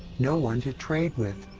no one to trade with.